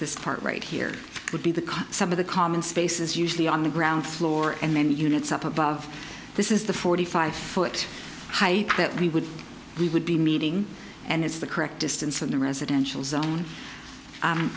this part right here would be the concept of the common spaces usually on the ground floor and then units up above this is the forty five foot high that we would we would be meeting and it's the correct distance from the residential zone